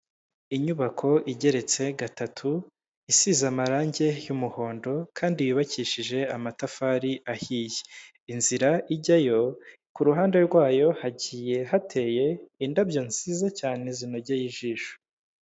Inyubako igeretse gatatu isize amarangi y'umuhondo kandi yubakishije amatafari ahiye. Inzira ijyayo ku ruhande rwayo hagiye hateye indabyo nziza cyane zinogeye ijisho.